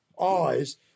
eyes